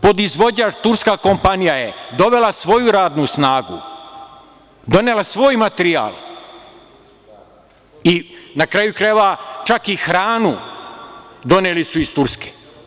Podizvođač turska kompanija je dovela svoju radnu snagu, donela svoj materijal i, na kraju krajeva, čak su i hranu doneli iz Turske.